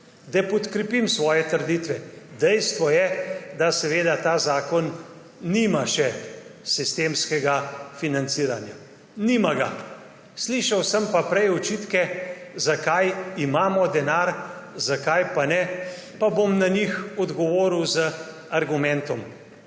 Da podkrepim svoje trditve. Dejstvo je, da ta zakon nima še sistemskega financiranja. Nima ga. Slišal sem pa prej očitke, za kaj imamo denar, za kaj pa ne. Pa bom na njih odgovoril z argumentom.